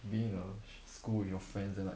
being err school with your friends then like